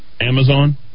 Amazon